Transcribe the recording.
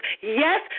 yes